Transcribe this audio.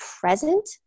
present